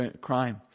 crime